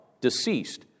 deceased